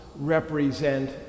represent